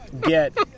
get